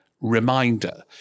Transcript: reminder